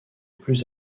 plus